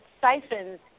siphons